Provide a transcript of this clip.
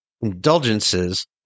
Indulgences